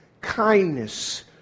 kindness